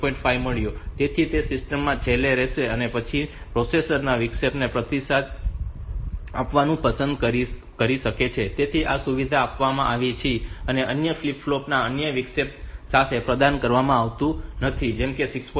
5 આવ્યો તેથી તે સિસ્ટમમાં છેલ્લો રહેશે અને પછીથી પ્રોસેસર તે વિક્ષેપને પ્રતિસાદ આપવાનું પસંદ કરી શકે છે તેથી આ સુવિધા આપવામાં આવી છે અને તે અન્ય ફ્લિપ ફ્લોપ અન્ય વિક્ષેપ સાથે પ્રદાન કરવામાં આવતું નથી જેમ કે 6